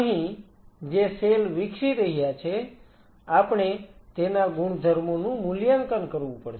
અહીં જે સેલ વિકસી રહ્યા છે આપણે તેના ગુણધર્મોનું મૂલ્યાંકન કરવું પડશે